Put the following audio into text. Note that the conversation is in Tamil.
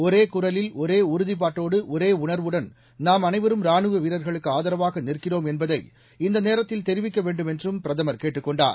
ஒரே குரலில் ஒரே உறுதிப்பாட்டோடு ஒரே உணர்வுடன் நாம் அனைவரும் ரானுவ வீரர்களுக்கு ஆதரவாக நிற்கிறோம் என்பதை இந்த நேரத்தில் தெரிவிக்க வேண்டும் என்றும் பிரதமர் கேட்டுக் கொண்டார்